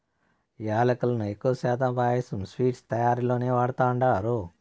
యాలుకలను ఎక్కువ శాతం పాయసం, స్వీట్స్ తయారీలోనే వాడతండారు